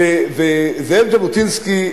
זאב ז'בוטינסקי,